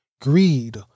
greed